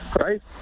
right